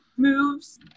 moves